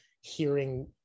hearing